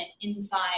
inside